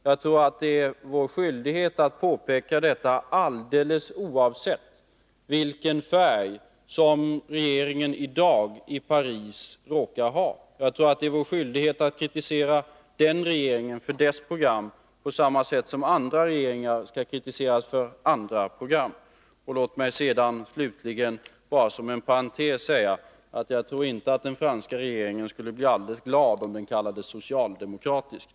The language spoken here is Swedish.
Jag tror det är vår skyldighet att påpeka detta, alldeles oavsett vilken färg regeringen i Paris i dag råkar ha — det är vår skyldighet att kritisera den regeringen för dess program på samma sätt som andra regeringar skall kritiseras för andra program. Låt mig slutligen bara som en parentes säga att jag inte tror att den franska regeringen skulle bli särskilt glad om den kallades för socialdemokratisk.